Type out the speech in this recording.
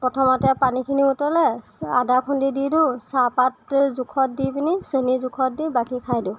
প্ৰথমতে পানীখিনি উতলাই আদাখিনি দি দিওঁ চাহপাত জোখত দি পেনি চেনী জোখত দি বাকী খাই দিওঁ